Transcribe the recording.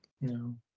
no